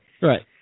Right